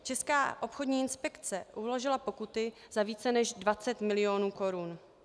Česká obchodní inspekce uložila pokuty za více než 20 milionů korun.